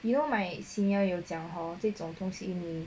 you know my senior 有讲 hor 这种东西你